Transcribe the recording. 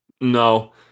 no